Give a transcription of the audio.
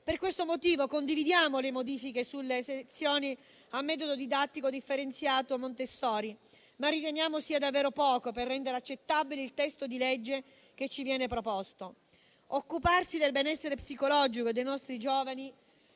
Per questo motivo, condividiamo le modifiche sulle sezioni a metodo didattico differenziato Montessori, ma riteniamo sia davvero poco per rendere accettabile il testo di legge che ci viene proposto. Occuparsi del benessere psicologico dei nostri giovani